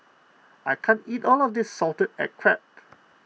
I can't eat all of this Salted Egg Crab